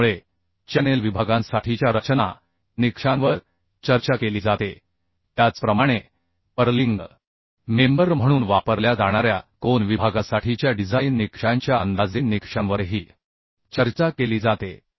त्यामुळे चॅनेल विभागांसाठीच्या रचना निकषांवर चर्चा केली जाते त्याचप्रमाणे पर्लिंग मेंबर म्हणून वापरल्या जाणाऱ्या कोन विभागासाठीच्या डिझाइन निकषांच्या अंदाजे निकषांवरही चर्चा केली जाते